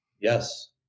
Yes